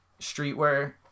streetwear